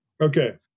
Okay